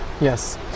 yes